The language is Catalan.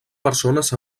persones